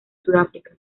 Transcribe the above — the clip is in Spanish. sudáfrica